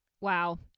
wow